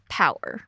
power